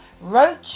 roach